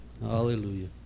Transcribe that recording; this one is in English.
Hallelujah